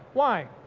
why?